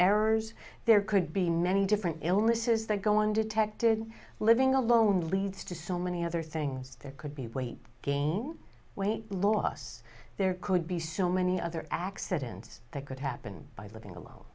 errors there could be many different illnesses that go undetected living alone leads to so many other things there could be weight gain weight loss there could be so many other accidents that could happen by living alone